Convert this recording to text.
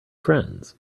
friends